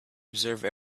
observe